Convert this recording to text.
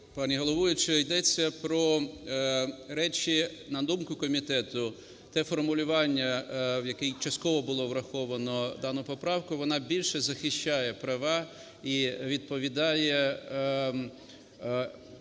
пані головуюча. Йдеться про речі, на думку комітету, те формулювання, в якому частково було враховано дану поправку, воно більше захищає права і відповідає